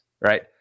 right